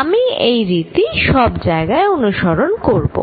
আমি এই রীতির সব জায়গায় অনুসরণ করব